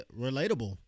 relatable